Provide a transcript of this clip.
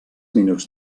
minuts